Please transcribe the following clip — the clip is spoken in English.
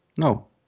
No